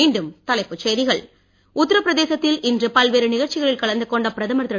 மீண்டும் தலைப்புச் செய்திகள் உத்தரப்பிரதேசத்தில் இன்று பல்வேறு நிகழ்ச்சிகளில் கலந்துகொண்ட பிரதமர் திரு